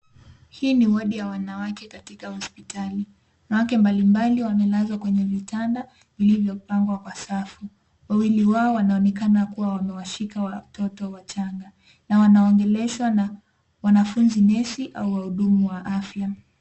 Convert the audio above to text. Hii ni wodi ya wanawake katika hospitali. Wanawake mbalimbali wamelazwa kwenye vitanda vilivyopangwa kwa safu. Wawili wao wanaonekana kuwa wamewashika mtoto wachanga, na wanaongeleshwa na wanafunzi nesi au wahudumu wa afya.